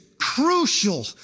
crucial